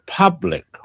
public